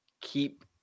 keep